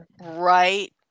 right